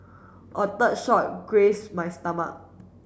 a third shot grazed my stomach